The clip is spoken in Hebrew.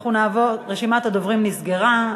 רשימת הדוברים נסגרה.